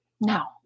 Now